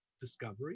discovery